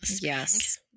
Yes